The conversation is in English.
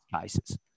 cases